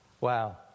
Wow